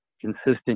consistent